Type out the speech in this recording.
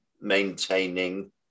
maintaining